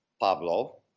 Pablo